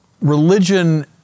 religion